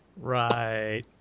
Right